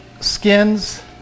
skins